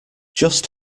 just